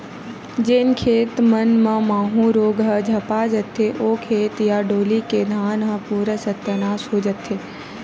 जेन खेत मन म माहूँ रोग ह झपा जथे, ओ खेत या डोली के धान ह पूरा सत्यानास हो जथे